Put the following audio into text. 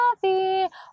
coffee